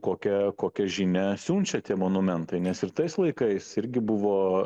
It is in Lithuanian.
kokią kokią žinią siunčia tie monumentai nes ir tais laikais irgi buvo